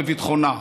בביטחונה.